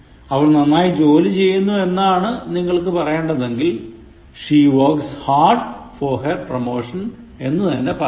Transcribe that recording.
അവൾ നന്നായി ജോലി ചെയ്യുന്നു എന്നാണ് നിങ്ങൾക്ക് പറയേണ്ടതെങ്കിൽ She works hard for her promotion എന്ന് തന്നെ പറയണം